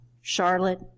Charlotte